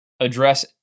Address